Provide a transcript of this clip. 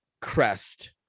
crest